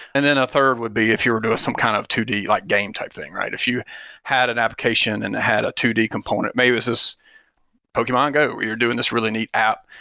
and then a third would be if you were doing some kind of two d like game type thing, right? if you had an application and had a two d component, maybe this is pokemon go where you're doing this really neat app,